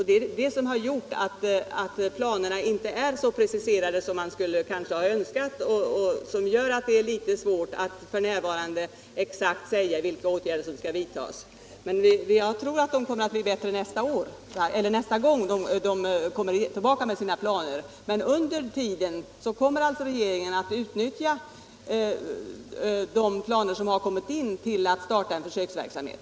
Det är det som har gjort att planerna inte är så preciserade som man önskar. Detta gör också att det är litet svårt att f.n. exakt säga vilka åtgärder som skall vidtas. Jag tror emellertid att det blir bättre när de statliga verken nästa gång presenterar sina planer. Under tiden kommer regeringen att utnyttja de planer som har kommit in till att starta en försöksverksamhet.